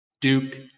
Duke